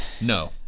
No